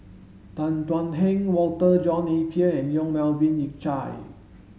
Tan Thuan Heng Walter John Napier and Yong Melvin Yik Chye